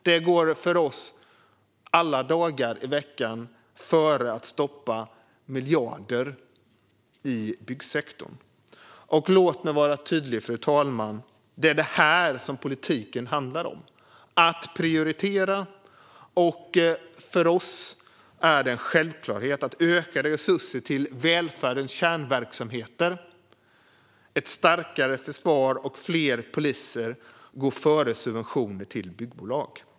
Detta går för oss alla dagar i veckan före att stoppa in miljarder i byggsektorn. Fru talman! Låt mig vara tydlig. Det är detta som politiken handlar om, nämligen att prioritera. För oss är det en självklarhet att ökade resurser till välfärdens kärnverksamheter, ett starkare försvar och fler poliser går före subventioner till byggbolag.